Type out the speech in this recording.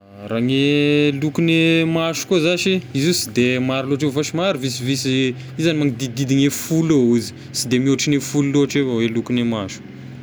Raha gne lokon'ny maso koa zashy izy io sy de maro loatra io fa somary visivisy, izy zagny manodidididy gne folo eo izy, sy de mihoatry gne folo loatry eo avao e lokon'ny maso.